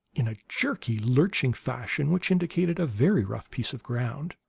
in a jerky, lurching fashion which indicated a very rough piece of ground.